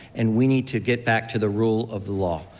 and we need to get back to the rule of the law,